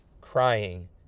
crying